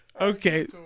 okay